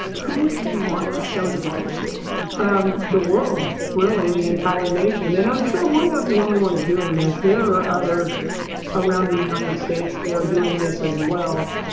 who do you want to show the data to the um the world really? the entire nation. and i'm sure we're not the only ones doing this. there are others around the united states that are doing this as well.